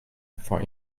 for